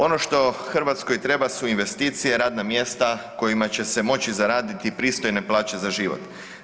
Ono što Hrvatskoj treba su investicije i radna mjesta kojima će se moći zaraditi pristojne plaće za život.